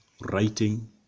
writing